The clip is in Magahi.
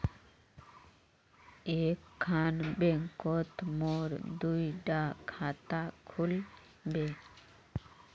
एक खान बैंकोत मोर दुई डा खाता खुल बे?